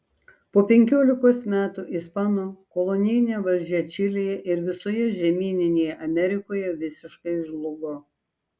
po penkiolikos metų ispanų kolonijinė valdžia čilėje ir visoje žemyninėje amerikoje visiškai žlugo